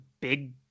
big